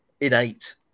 innate